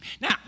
Now